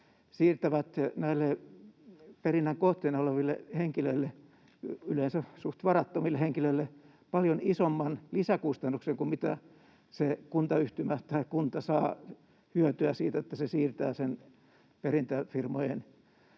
siirtävät näille perinnän kohteena oleville henkilöille, yleensä suht varattomille henkilöille, paljon isomman lisäkustannuksen kuin mitä se kuntayhtymä tai kunta saa hyötyä siitä, että se siirtää henkilön perintäfirmojen